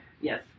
Yes